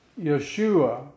Yeshua